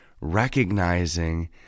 recognizing